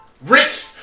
Rich